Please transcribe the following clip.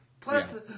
Plus